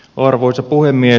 arvoisa puhemies